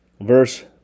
verse